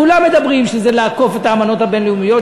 כולם אומרים שזה לעקוף את האמנות הבין-לאומיות,